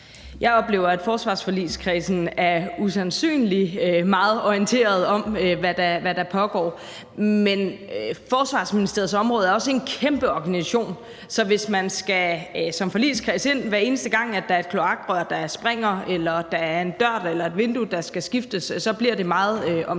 Jeg oplever, at forsvarsforligskredsen er usandsynlig meget orienteret om, hvad der pågår. Men Forsvarsministeriets område er også en kæmpe organisation, så hvis man som forligskreds skal ind, hver eneste gang der er et kloakrør, der springer, eller der er en dør eller et vindue, der skal skiftes, så bliver det meget omstændigt.